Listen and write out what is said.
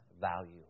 value